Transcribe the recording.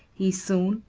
he soon,